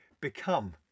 become